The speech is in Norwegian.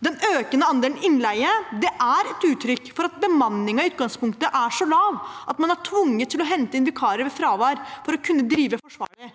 Den økende andelen innleie er et uttrykk for at bemanningen i utgangspunktet er så lav at man er tvunget til å hente inn vikarer ved fravær for å kunne drive forsvarlig.